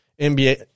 NBA –